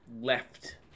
left